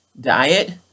diet